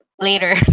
later